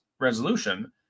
resolution